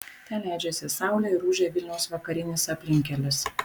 ten leidžiasi saulė ir ūžia vilniaus vakarinis aplinkkelis